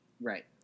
Right